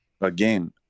Again